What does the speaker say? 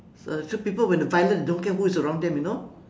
it's a few people when they violent don't care who is around them you know